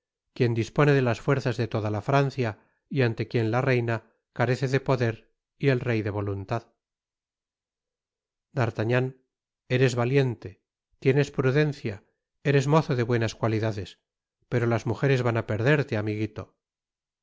quien dispone de las fuerzas de toda la francia y ante quien la reina carece de poder y el rey de voluntad d'artagnan eres valiente tienes prudencia eres mozo de buenas cualidades pero las mujeres van á perderte amiguito